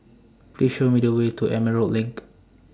Please Show Me The Way to Emerald LINK